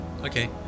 Okay